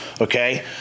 okay